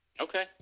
Okay